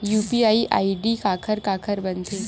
UPI ID काखर काखर बनथे?